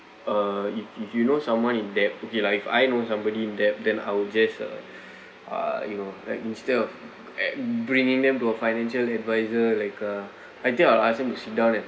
er if if you know someone in debt okay lah if I know somebody in debt then I will just uh you know like instead of at bringing them to a financial advisor like uh I think I will ask him to sit down and